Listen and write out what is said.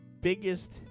Biggest